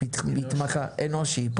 אנושי.